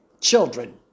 children